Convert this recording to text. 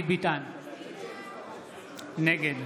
נגד